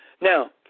Now